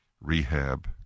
rehab